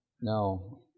No